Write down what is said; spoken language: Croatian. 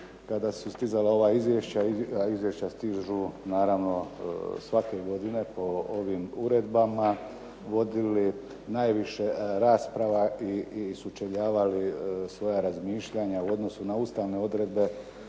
kada su stizala ova izvješća a izvješća stižu naravno svake godine po ovim uredbama vodili najviše rasprava i sučeljavali svoja razmišljanja u odnosu na ustavne odredbe